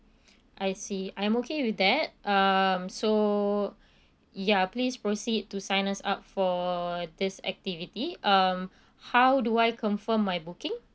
I see I'm okay with that um so ya please proceed to sign us up for this activity um how do I confirm my booking